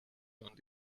und